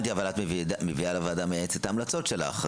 את מביאה לוועדה המייעצת את ההמלצות שלך.